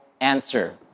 answer